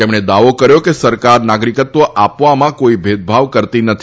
તેમણે દાવો કર્યો હતો કે સરકાર નાગરીકત્વ આપવામાં કોઇ ભેદભાવ કરતી નથી